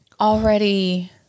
already